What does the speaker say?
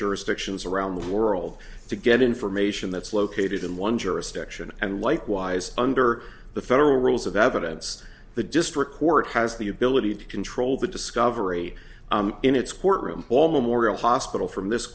jurisdictions around the world to get information that's located in one jurisdiction and likewise under the federal rules of evidence the district court has the ability to control the discovery in its courtroom all memorial hospital from this